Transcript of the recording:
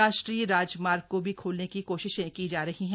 राष्ट्रीय राजमार्ग को भी खोलने की कोशिश की जा रही है